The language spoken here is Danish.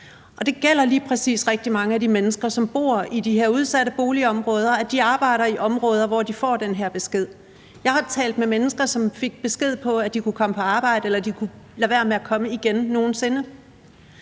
Det gælder lige præcis for rigtig mange af de mennesker, som bor i de her udsatte boligområder, at de arbejder i områder, hvor de får den her besked. Jeg har talt med mennesker, som fik besked på, at de kunne komme på arbejde, eller de kunne lade være med at komme igen nogen sinde.